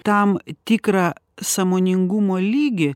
tam tikrą sąmoningumo lygį